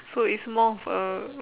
so it's more of a